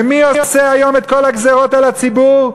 ומי עושה היום את כל הגזירות על הציבור?